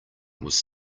was